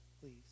please